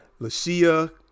Lashia